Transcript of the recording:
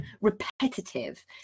repetitive